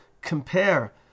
compare